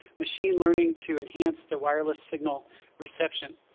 machine learning to enhance the wireless signal reception.